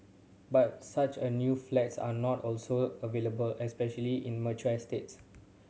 but such a new flats are not also available especially in mature estates